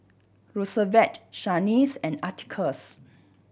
Roosevelt Shanice and Atticus